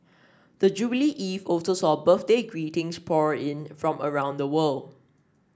the jubilee eve also saw birthday greetings pour in from around the world